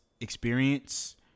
experience